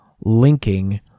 linking